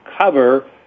cover